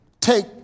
take